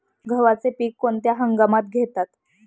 गव्हाचे पीक कोणत्या हंगामात घेतात?